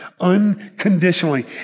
unconditionally